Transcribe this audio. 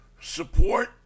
support